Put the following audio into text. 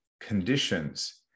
conditions